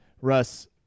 Russ –